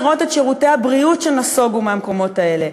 אי-אפשר לראות את שירותי הבריאות שנסוגו מהמקומות האלה,